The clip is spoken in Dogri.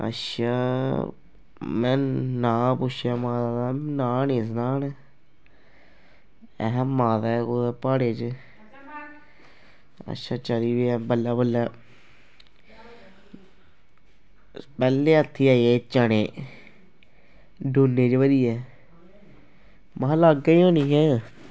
अच्छा में नांऽ पुच्छेआ माता दा नांऽ निं सनान अहें माता ऐ कुदै प्हाड़ें च अच्छा चली पेआ बल्लें बल्लें पैह्लें हत्थी आई गे चने डूनें च भरियै महां लाग्गै गै होनी ऐ